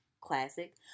classic